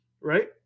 right